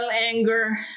anger